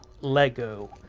Lego